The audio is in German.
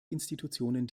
institutionen